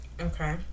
Okay